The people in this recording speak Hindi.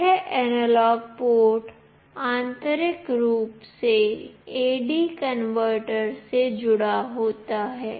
यह एनालॉग पोर्ट आंतरिक रूप से AD कनवर्टर से जुड़ा होता है